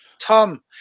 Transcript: tom